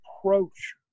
approach